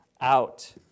out